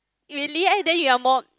really then you are more